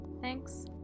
Thanks